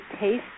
taste